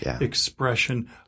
expression